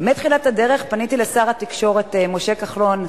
בתחילת הדרך פניתי לשר התקשורת משה כחלון,